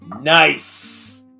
Nice